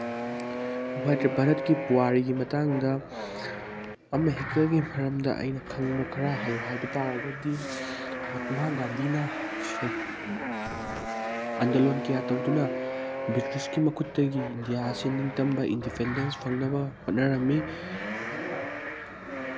ꯚꯥꯔꯠꯀꯤ ꯄꯨꯋꯥꯔꯤꯒꯤ ꯃꯇꯥꯡꯗ ꯑꯃ ꯍꯦꯛꯇꯒꯤ ꯃꯔꯝꯗ ꯑꯩꯅ ꯈꯪꯕ ꯈꯔ ꯍꯥꯏꯌꯨ ꯍꯥꯏꯕ ꯇꯥꯔꯒꯗꯤ ꯃꯠꯃꯥ ꯒꯥꯟꯙꯤꯅ ꯑꯟꯗꯣꯂꯟ ꯀꯌꯥ ꯇꯧꯗꯨꯅ ꯕ꯭ꯔꯤꯇꯤꯁꯀꯤ ꯃꯈꯨꯠꯇꯒꯤ ꯏꯟꯗꯤꯌꯥꯁꯤ ꯅꯤꯡꯇꯝꯕ ꯏꯟꯗꯤꯄꯦꯟꯗꯦꯟꯁ ꯐꯪꯅꯕ ꯍꯣꯠꯅꯔꯝꯃꯤ